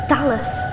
Dallas